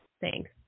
Thanks